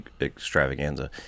extravaganza